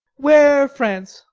where france?